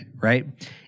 right